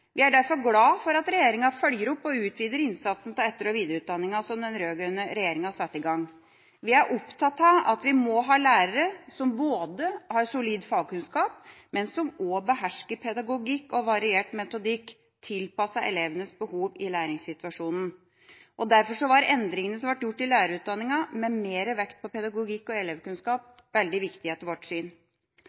Vi er derfor glad for at regjeringa følger opp og utvider innsatsen av etter- og videreutdanninga som den rød-grønne regjeringa satte i gang. Vi er opptatt av at vi må ha lærere som har solid fagkunnskap, men som også behersker pedagogikk og variert metodikk tilpasset elevenes behov i læringssituasjonen. Derfor var endringene som ble gjort i lærerutdanninga med mer vekt på pedagogikk og elevkunnskap, veldig viktig etter vårt syn.